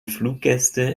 fluggäste